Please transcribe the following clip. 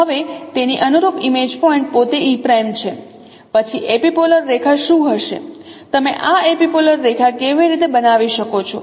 હવે તેની અનુરૂપ ઇમેજ પોઇન્ટ પોતે e' છે પછી એપિપોલર રેખા શું હશે તમે આ એપિપોલર રેખા કેવી રીતે બનાવી શકો છો